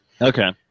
Okay